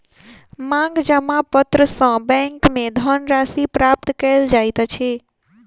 मांग जमा पत्र सॅ बैंक में धन राशि प्राप्त कयल जाइत अछि